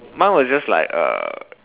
mine was just like uh